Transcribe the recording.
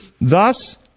thus